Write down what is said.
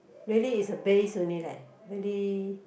really is a bass only leh really